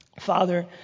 Father